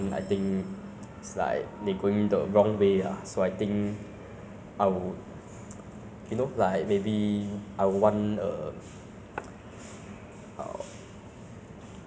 uh having a new government will be better lah since the current government we have is have been ruling for more than fifty years and I think it's time for a change ah basically so I think